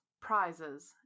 prizes